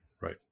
Right